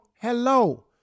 hello